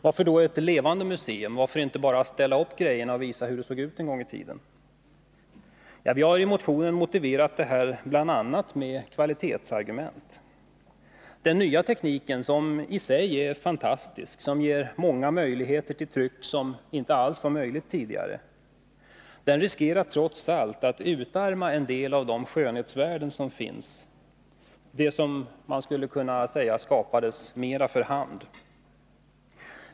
Varför då ett levande museum, varför inte bara ställa upp grejorna och visa hur det såg ut en gång i tiden? Vi har i motionen motiverat detta, bl.a. med kvalitetsargument. Den nya tekniken, som i sig är fantastisk och ger många möjligheter till tryck som inte alls gick att framställa tidigare, riskerar trots allt att utarma en del av de skönhetsvärden som finns — det som man skulle kunna säga skapades mera för hand.